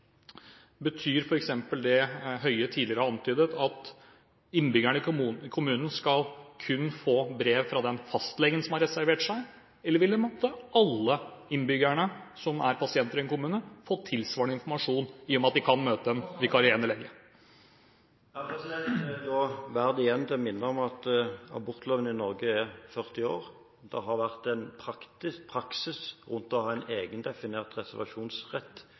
Betyr f.eks. det Høie tidligere har antydet, at innbyggerne i kommunen kun skal få brev fra den fastlegen som har reservert seg? Eller vil alle innbyggerne som er pasienter i en kommune, få tilsvarende informasjon, i og med at de kan møte en vikarierende lege? Det er da verdt igjen å minne om at abortloven i Norge er 40 år. Det har vært en praksis å ha en egendefinert reservasjonsrett